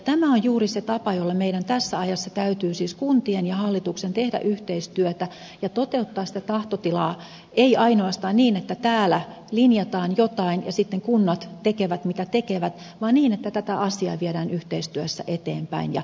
tämä on juuri se tapa jolla meidän siis kuntien ja hallituksen tässä ajassa täytyy tehdä yhteistyötä ja toteuttaa sitä tahtotilaa ei ainoastaan niin että täällä linjataan jotain ja sitten kunnat tekevät mitä tekevät vaan niin että tätä asiaa viedään yhteistyössä eteenpäin